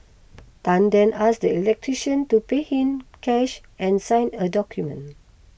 Tan then asked the electrician to pay in cash and sign a document